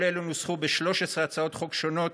כל אלו נוסחו ב-13 הצעות חוק שונות